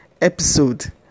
episode